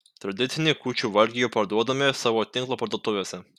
tradicinį kūčių valgį jau parduodame savo tinklo parduotuvėse